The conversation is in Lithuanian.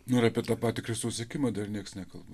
nu ir apie tą patį kristaus sekimą dar nieks nekalba